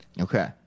Okay